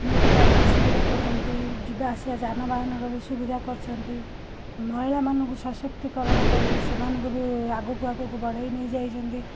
ମେଡ଼ିକାଲର ସୁବିଧା କରିଛନ୍ତି ଯିବାଆସିବା ଯାନ ବାହାନର ବି ସୁବିଧା କରିଛନ୍ତି ମହିଳାମାନଙ୍କୁ ସଶକ୍ତିକରଣ କରି ସେମାନଙ୍କୁ ବି ଆଗକୁ ଆଗକୁ ବଢ଼ାଇ ନେଇଯାଇଛନ୍ତି